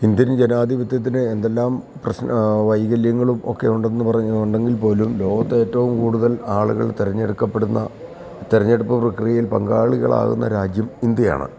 Indian ജനാധിപത്യത്തിന് എന്തെല്ലാം പ്രശ്ന വൈകല്യങ്ങളും ഒക്കെ ഉണ്ടെങ്കിൽ പോലും ലോകത്തെ ഏറ്റവും കൂടുതൽ ആളുകൾ തെരഞ്ഞെടുക്കപ്പെടുന്ന തെരഞ്ഞെടുപ്പ് പ്രക്രിയയിൽ പങ്കാളികളാകുന്ന രാജ്യം ഇന്ത്യയാണ്